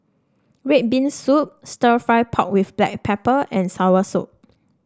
red bean soup stir fry pork with Black Pepper and Soursop